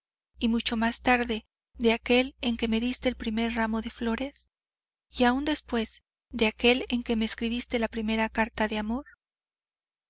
y mucho más tarde de aquel en que me diste el primer ramo de flores y aun después de aquel en que me escribiste la primera carta de amor